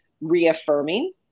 reaffirming